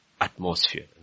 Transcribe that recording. atmosphere